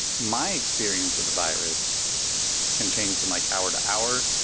my experience of the virus can change from like hour to hour.